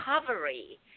recovery